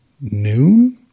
noon